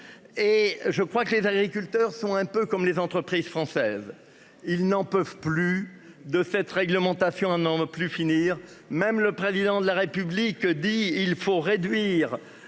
Et je crois que les agriculteurs sont un peu comme les entreprises françaises. Ils n'en peuvent plus de cette réglementation, à n'en plus finir. Même le président de la République dit, il faut réduire